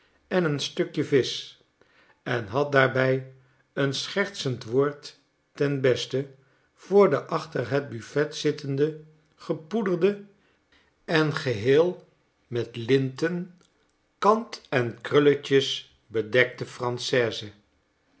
en een stukje visch en had daarbij een schertsend woord ten beste voor de achter het buffet zittende gepoederde en geheel met linten kant en krulletjes bedekte française